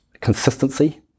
consistency